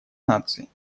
наций